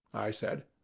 i said,